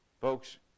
Folks